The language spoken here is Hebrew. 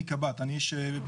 אני קב"ט, אני איש ביטחון.